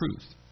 truth